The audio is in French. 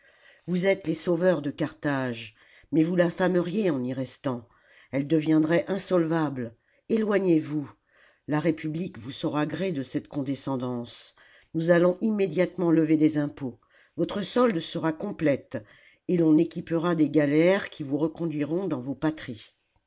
vous êtes les sauveurs de carthage mais vous l'affameriez en y restant elle deviendrait insolvable eloignez vous la république vous saura gré de cette condescendance nous allons immédiatement lever des impôts votre solde sera complète et l'on équipera des galères qui vous reconduiront dans vos patries